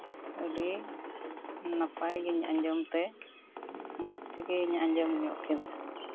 ᱟᱹᱰᱤ ᱱᱟᱯᱟᱭ ᱜᱮᱧ ᱟᱸᱡᱚᱢ ᱛᱮ ᱢᱚᱡᱽ ᱛᱮᱜᱮᱧ ᱟᱸᱡᱚᱢ ᱧᱚᱜ ᱠᱮᱫᱟ